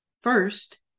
First